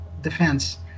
defense